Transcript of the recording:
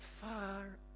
far